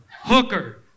hooker